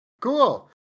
Cool